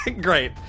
great